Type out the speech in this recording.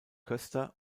köster